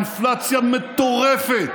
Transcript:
אינפלציה מטורפת,